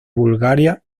bulgaria